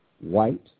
White